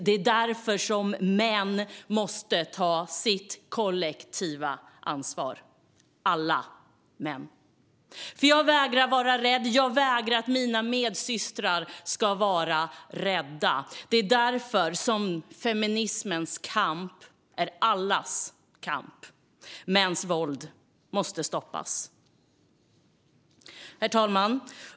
Det är därför som män måste ta sitt kollektiva ansvar. Alla män. För jag vägrar vara rädd. Jag vägrar att mina medsystrar ska vara rädda. Det är därför som feminismens kamp är allas kamp. Mäns våld måste stoppas. Herr talman!